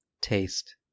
Taste